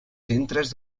centres